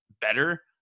better